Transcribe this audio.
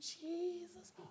Jesus